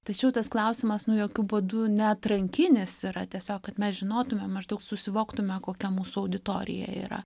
tačiau tas klausimas nu jokiu būdu ne atrankinis yra tiesiog kad mes žinotume maždaug susivoktume kokia mūsų auditorija yra